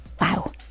Wow